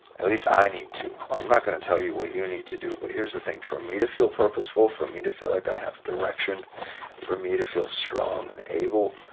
at least i need to i'm not going to tell you what you need to do but here's the thing for me to feel purposeful for me to feel like i have direction for me to feel strong and able.